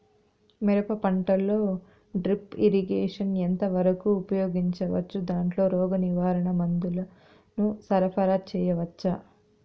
మిరప పంటలో drip irrigation ఎంత వరకు ఉపయోగించవచ్చు, దాంట్లో రోగ నివారణ మందుల ను సరఫరా చేయవచ్చా?